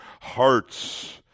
hearts